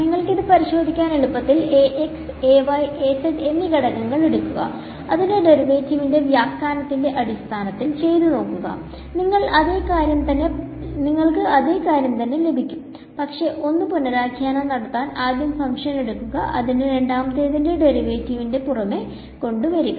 നിങ്ങൾക്കിത് പരിശോധിക്കാൻ എളുപ്പത്തിൽ എന്നി ഘടകങ്ങൾ എടുക്കുക ഇതിനെ ഡെറിവേറ്റിവിന്റെ വ്യാഖ്യാനത്തിന്റെ അടിസ്ഥാനത്തിൽ ചെയ്തു നോക്കുക നിങ്ങൾ അതെ കാര്യം തന്നെ ലഭിക്കും പക്ഷെ ഒന്ന് പുനരാഖ്യാനം നടത്താൻ ആദ്യം ഫങ്ക്ഷൻ എടുക്കുക അതിനെ രണ്ടാമത്തേതിന്റെ ഡെറിവേറ്റീവിന്റെ പുറമെ കൊണ്ട് വരിക